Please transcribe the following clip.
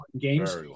games